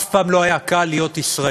אף פעם לא היה קל להיות ישראלי,